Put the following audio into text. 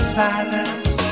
silence